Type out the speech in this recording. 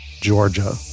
Georgia